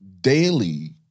daily